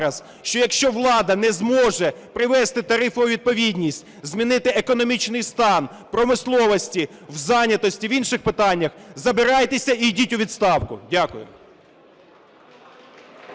що якщо влада не зможе привести тарифи у відповідність, змінити економічний стан в промисловості, в зайнятості, в інших питаннях, забирайтеся і йдіть у відставку. Дякую.